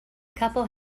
couple